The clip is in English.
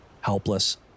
Helpless